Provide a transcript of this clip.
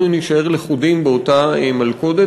אנחנו נישאר לכודים באותה מלכודת.